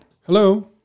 Hello